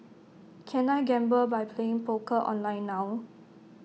can I gamble by playing poker online now